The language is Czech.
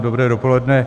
Dobré dopoledne.